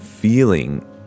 feeling